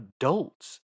adults